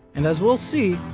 and as we'll see,